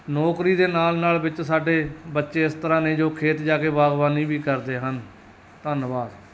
ਨੌਕਰੀ ਦੇ ਨਾਲ ਨਾਲ ਵਿੱਚ ਸਾਡੇ ਬੱਚੇ ਇਸ ਤਰ੍ਹਾਂ ਨੇ ਜੋ ਖੇਤ ਜਾ ਕੇ ਬਾਗਬਾਨੀ ਵੀ ਕਰਦੇ ਹਨ ਧੰਨਵਾਦ